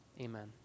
Amen